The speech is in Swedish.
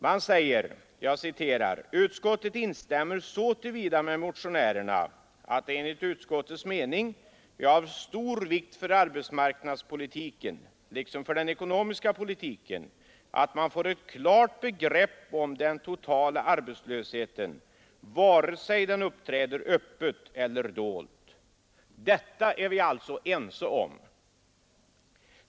Man säger: ”Utskottet instämmer så till vida med motionärerna att det enligt utskottets mening är av stor vikt för arbetsmarknadspolitiken liksom för den ekonomiska politiken att man får ett klart begrepp om den totala arbetslösheten vare sig den uppträder öppet eller dolt.” Detta är vi alltså ense om.